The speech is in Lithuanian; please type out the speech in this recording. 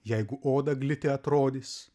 jeigu oda gliti atrodys